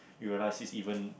you realizes even